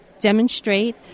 demonstrate